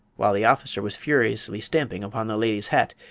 while the officer was furiously stamping upon the lady's hat,